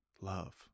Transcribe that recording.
love